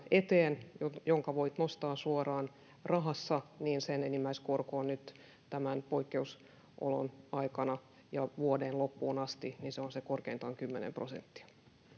eteen jonka voi nostaa suoraan rahassa niin sen enimmäiskorko on nyt tämän poikkeusolon aikana ja vuoden loppuun asti korkeintaan kymmenen prosenttia